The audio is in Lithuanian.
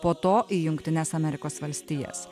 po to į jungtines amerikos valstijas